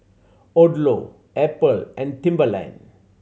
Odlo Apple and Timberland